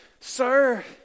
sir